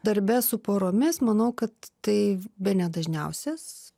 darbe su poromis manau kad tai bene dažniausias